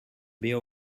beer